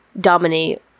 dominate